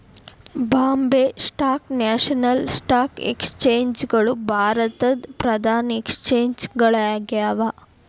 Bombay stock national stock exchange ಗಳು ಭಾರತದ್ ಪ್ರಧಾನ ಎಕ್ಸ್ಚೇಂಜ್ ಗಳಾಗ್ಯಾವ